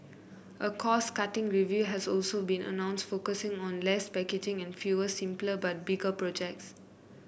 a cost cutting review has also been announced focusing on less packaging and fewer simpler but bigger projects